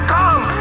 come